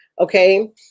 Okay